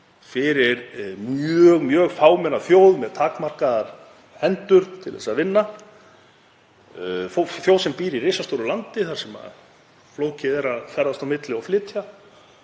fyrir mjög fámenna þjóð með fáar hendur til að vinna, þjóð sem býr í risastóru landi þar sem flókið er að ferðast á milli og flytja